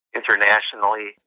internationally